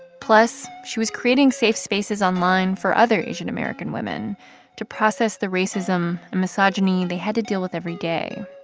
plus, she was creating safe spaces online for other asian-american women to process the racism and misogyny they had to deal with every day,